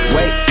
Wait